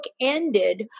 ended